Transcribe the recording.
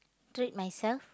trait myself